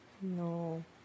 No